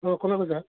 hello কোনে কৈছা